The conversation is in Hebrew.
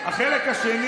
החזרתם